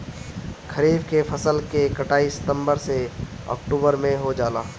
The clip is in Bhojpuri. खरीफ के फसल के कटाई सितंबर से ओक्टुबर में हो जाला